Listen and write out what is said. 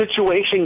situation